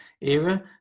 era